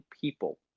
people